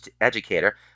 educator